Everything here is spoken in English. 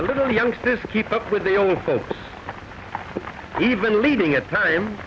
a little youngsters keep up with the old folks even leaving at times